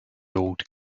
old